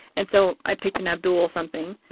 and so i picked an abdul something.